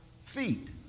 Feet